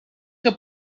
que